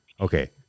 Okay